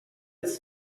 its